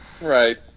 Right